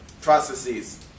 processes